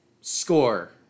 score